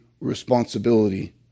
responsibility